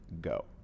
go